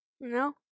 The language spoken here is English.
No